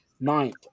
ninth